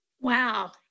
Wow